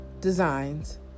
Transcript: Designs